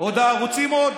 הערוצים עוד